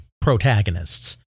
protagonists